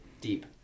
deep